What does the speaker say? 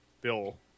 Bill